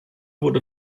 wurde